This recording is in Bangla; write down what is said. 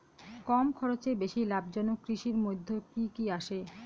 কম খরচে বেশি লাভজনক কৃষির মইধ্যে কি কি আসে?